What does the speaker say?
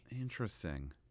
Interesting